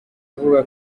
avuga